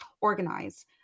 organize